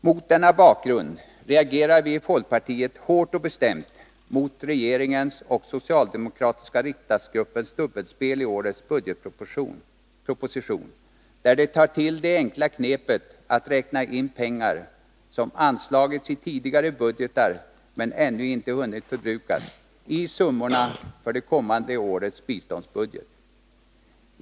Mot denna bakgrund reagerar vi i folkpartiet hårt och bestämt mot regeringens och socialdemokratiska riksdagsgruppens dubbelspel i årets budgetproposition, där de tar till det enkla knepet att räkna in pengar som anslagits i tidigare budgetar men ännu inte hunnit förbrukas i summorna för det kommande årets biståndsbudget.